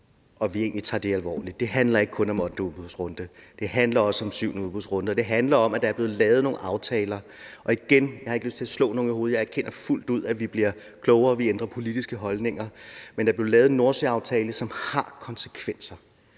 skal tage det alvorligt. Det handler ikke kun om ottende udbudsrunde; det handler også om syvende udbudsrunde, og det handler om, at der er blevet lavet nogle aftaler. Igen: Jeg har ikke lyst til at slå nogen i hovedet, og jeg erkender fuldt ud, at vi bliver klogere og ændrer politiske holdninger, men der blev lavet en Nordsøaftale, som har konsekvenser,